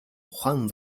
ухаан